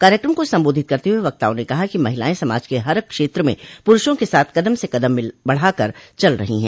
कार्यक्रम को सम्बोधित करते हुये वक्ताओं ने कहा कि महिलायें समाज के हर क्षेत्र में पुरूषों के साथ कदम से कदम बढ़ाकर चल रही हैं